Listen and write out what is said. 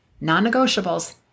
non-negotiables